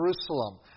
Jerusalem